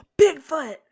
Bigfoot